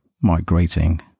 migrating